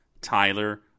Tyler